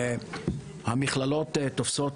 המכללות תופסות,